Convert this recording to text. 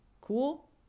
cool